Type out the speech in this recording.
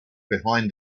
behind